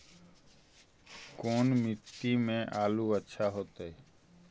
कोन मट्टी में आलु अच्छा होतै?